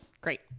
Great